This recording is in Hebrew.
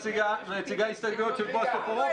ומציגה הסתייגויות של בועז טופורובסקי.